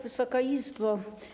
Wysoka Izbo!